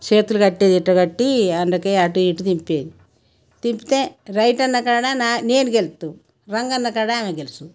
చేతులు కట్టేది ఇలా కట్టి అందుకే అటూ ఇటూ తిప్పేది తిప్పితే రైట్ అన్న కాడనా నేను గెలుస్తా రాంగ్ అన్న కాడ ఆమె గెలుస్తుంది